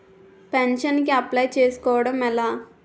Pension కి apply చేసుకోవడం ఎలా?